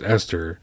Esther